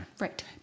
Right